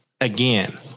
again